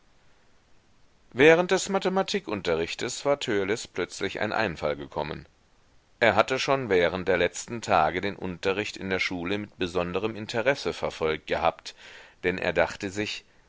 während des mathematikunterrichtes war törleß plötzlich ein einfall gekommen er hatte schon während der letzten tage den unterricht in der schule mit besonderem interesse verfolgt gehabt denn er dachte sich